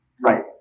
Right